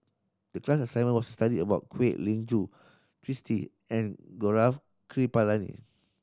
the class assignment was to study about Kwek Leng Joo Twisstii and Gaurav Kripalani